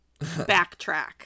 backtrack